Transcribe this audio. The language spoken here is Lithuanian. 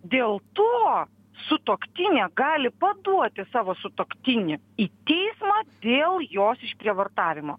dėl to sutuoktinė gali paduoti savo sutuoktinį į teismą dėl jos išprievartavimo